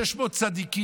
הרי יש 600 צדיקים.